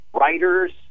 writers